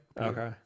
Okay